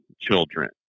children